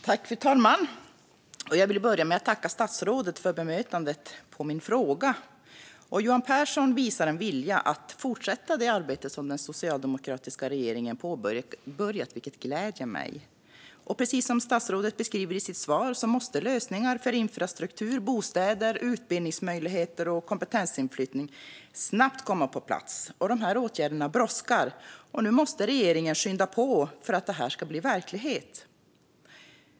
Fru talman! Jag vill börja med att tacka statsrådet för svaret på min interpellation. Johan Pehrson visar en vilja att fortsätta det arbete som den socialdemokratiska regeringen påbörjat, vilket gläder mig. Precis som statsrådet beskriver i sitt svar måste lösningar för infrastruktur, bostäder, utbildningsmöjligheter och kompetensinflyttning snabbt komma på plats. Dessa åtgärder brådskar, och nu måste regeringen skynda på för att detta ska bli verklighet.